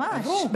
ממש.